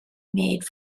made